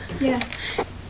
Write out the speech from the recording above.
Yes